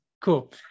Cool